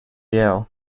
you